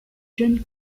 jeunes